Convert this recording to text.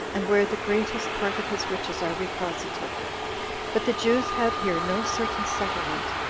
and where the greatest part of his riches are reposited but the jews had here no certain settlement,